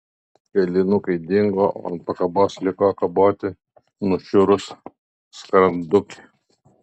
kailinukai dingo o ant pakabos liko kaboti nušiurus skrandukė